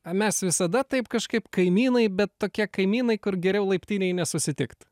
mes visada taip kažkaip kaimynai bet tokie kaimynai kur geriau laiptinėj nesusitikt